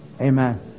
Amen